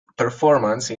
performance